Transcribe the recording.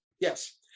yes